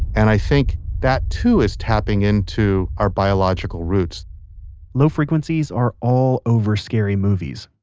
and i think that too is tapping into our biological roots low frequencies are all over scary movies.